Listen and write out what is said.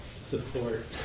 support